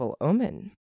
Omen